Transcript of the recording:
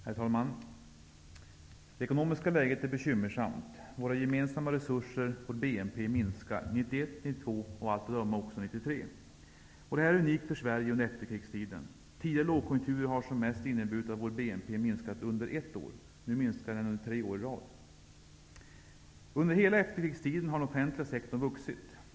Herr talman! Det ekonomiska läget är bekymmersamt. Våra gemensamma resurser, vår BNP, minskar under 1991 och under 1992 och av allt att döma även under 1993. Detta är unikt för Sverige under efterkrigstiden. Tidigare lågkonjunkturer har som mest inneburit att vår BNP har minskat under ett år. Nu minskar den under tre år i rad. Under hela efterkrigstiden har den offentliga sektorn vuxit.